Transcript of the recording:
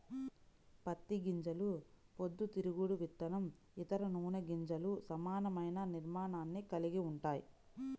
పత్తి గింజలు పొద్దుతిరుగుడు విత్తనం, ఇతర నూనె గింజలకు సమానమైన నిర్మాణాన్ని కలిగి ఉంటాయి